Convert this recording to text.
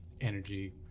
energy